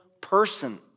person